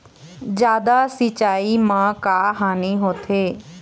जादा सिचाई म का हानी होथे?